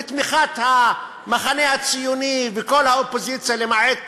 בתמיכת המחנה הציוני וכל האופוזיציה למעט